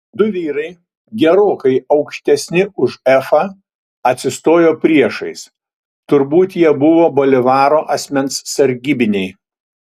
du vyrai gerokai aukštesni už efą atsistojo priešais turbūt jie buvo bolivaro asmens sargybiniai